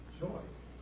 choice